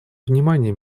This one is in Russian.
внимания